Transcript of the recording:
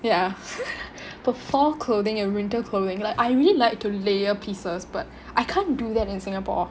ya but fall clothing and winter clothing like I really like to layer pieces but I can't do that in singapore